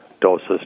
doses